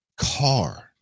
car